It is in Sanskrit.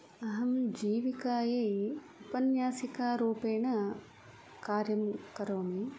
अहं जीविकायै उपन्यासिकारूपेण कार्यं करोमि